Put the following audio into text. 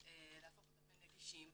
ולהפוך אותם לנגישים.